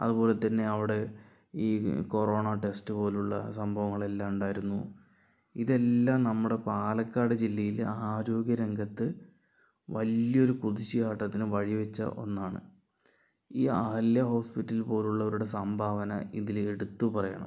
അതുപോലെത്തന്നെ അവിടെ ഈ കൊറോണ ടെസ്റ്റ് പോലുള്ള സംഭവങ്ങളെല്ലാം ഉണ്ടായിരുന്നു ഇതെല്ലാം നമ്മുടെ പാലക്കാട് ജില്ലയിലെ ആരോഗ്യ രംഗത്ത് വലിയൊരു കുതിച്ചു ചാട്ടത്തിന് വഴി വച്ച ഒന്നാണ് ഈ അഹല്യാ ഹോസ്പിറ്റൽ പോലുള്ളവരുടെ സംഭാവന ഇതിൽ എടുത്ത് പറയണം